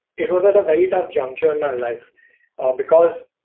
it was and very tough juncture in my life because